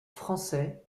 français